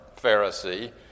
Pharisee